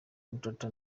matata